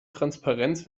transparenz